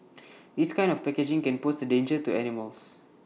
this kind of packaging can pose A danger to animals